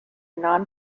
non